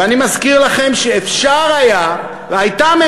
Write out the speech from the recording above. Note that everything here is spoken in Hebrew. ואני מזכיר לכם שאפשר היה והייתה פה